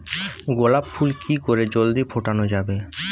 গোলাপ ফুল কি করে জলদি ফোটানো যাবে?